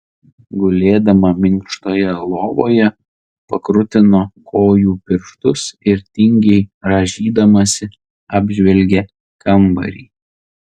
gulėdama minkštoje lovoje pakrutino kojų pirštus ir tingiai rąžydamasi apžvelgė kambarį